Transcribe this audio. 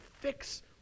fix